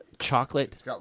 Chocolate